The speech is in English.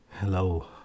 Hello